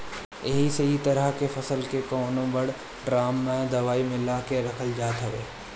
एही से इ तरह के फसल के कवनो बड़ ड्राम में दवाई मिला के रखल जात हवे